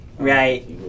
Right